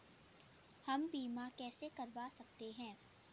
हम बीमा कैसे करवा सकते हैं?